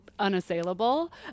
unassailable